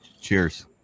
Cheers